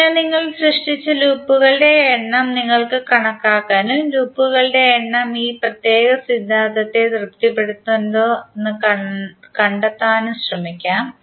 അതിനാൽ നിങ്ങൾ സൃഷ്ടിച്ച ലൂപ്പുകളുടെ എണ്ണം നിങ്ങൾക്ക് കണക്കാക്കാനും ലൂപ്പുകളുടെ എണ്ണം ഈ പ്രത്യേക സിദ്ധാന്തത്തെ തൃപ്തിപ്പെടുത്തുന്നുണ്ടോ എന്ന് കണ്ടെത്താനും ശ്രമിക്കാം